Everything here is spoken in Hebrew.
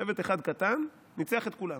שבט אחד קטן ניצח את כולם.